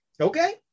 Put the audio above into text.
Okay